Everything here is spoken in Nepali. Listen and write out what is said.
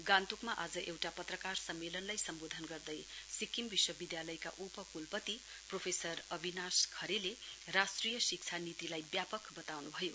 गान्तोकमा आज एउटा पत्रकार सम्मेलनलाई सम्बोधन गर्दै सिक्किम विश्वविद्यालयको उप कूलपति प्रोफेसर अविनाश खरेले राष्ट्रिय शिक्षा नीतिलाई व्यापक बताउनुभयो